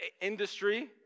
industry